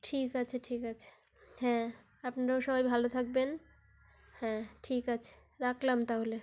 ঠিক আছে ঠিক আছে হ্যাঁ আপনারাও সবাই ভালো থাকবেন হ্যাঁ ঠিক আছে রাখলাম তাহলে